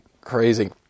Crazy